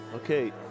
Okay